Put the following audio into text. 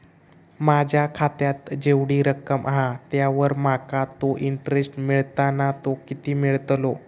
माझ्या खात्यात जेवढी रक्कम हा त्यावर माका तो इंटरेस्ट मिळता ना तो किती मिळतलो?